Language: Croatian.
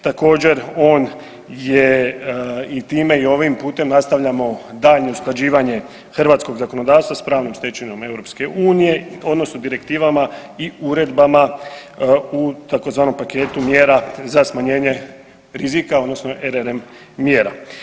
Također on je i time i ovim putem nastavljamo daljnje usklađivanje hrvatskog zakonodavstva s pravnom stečevinom EU odnosno direktivama i uredbama u tzv. paketu mjera za smanjenje rizika odnosno RRM mjera.